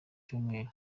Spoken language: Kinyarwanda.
cyumweru